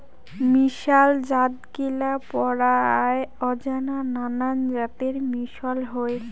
মিশাল জাতগিলা পরায় অজানা নানান জাতের মিশল হই